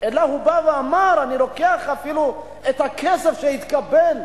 אלא הוא בא ואומר: אני לוקח אפילו את הכסף שהתקבל,